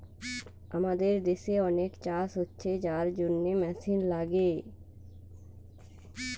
আমাদের দেশে অনেক চাষ হচ্ছে যার জন্যে মেশিন লাগে